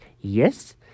Yes